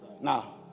Now